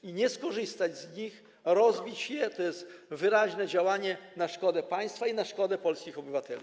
I nie skorzystać z nich, rozbić je, to jest wyraźne działanie na szkodę państwa i na szkodę polskich obywateli.